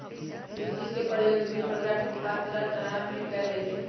सूज्ज़ी के प्रयोग विभिन्न प्रकार के खाद्य पदार्थ बनाबे में कयल जाइ छै